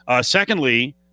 Secondly